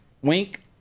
Wink